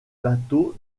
bateaux